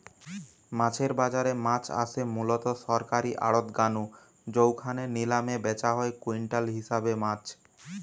মাছের বাজারে মাছ আসে মুলত সরকারী আড়ত গা নু জউখানে নিলামে ব্যাচা হয় কুইন্টাল হিসাবে মাছ